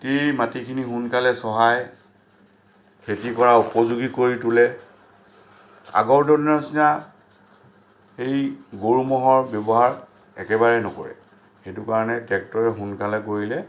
গোটেই মাটিখিনি সোনকালে চহায় খেতি কৰা উপযোগী কৰি তোলে আগৰ দিনৰ নিচিনা সেই গৰু ম'হৰ ব্যৱহাৰ একেবাৰে নকৰে সেইটো কাৰণে ট্ৰেক্টৰে সোনকালে কৰিলে